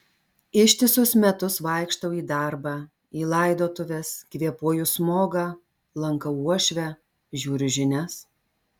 ištisus metus vaikštau į darbą į laidotuves kvėpuoju smogą lankau uošvę žiūriu žinias